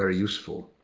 ah useful.